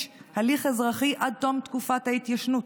הליך אזרחי עד תום תקופת ההתיישנות.